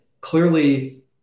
clearly